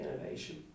innovation